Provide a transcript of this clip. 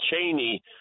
Cheney